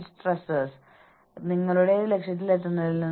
ടീമിന്റെ ഔട്ട്പുട്ടിൽ തൊഴിലാളികളുടെ വ്യക്തിഗത സംഭാവനകൾ കാണാനുള്ള കഴിവില്ലായ്മ